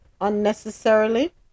unnecessarily